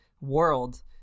world